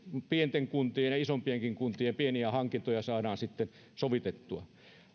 pienten kuntien ja isompienkin kuntien pieniä hankintoja saamme sovitettua